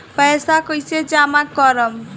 पैसा कईसे जामा करम?